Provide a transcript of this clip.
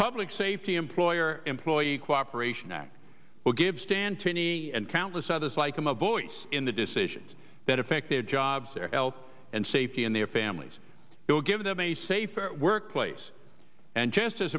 public safety employer employee cooperation act will give stan twenty and countless others like him a voice in the decisions that affect their jobs their health and safety and their families will give them a safer workplace and just as